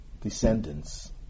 descendants